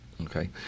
Okay